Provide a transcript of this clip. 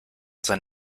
sein